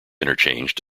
interchange